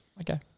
Okay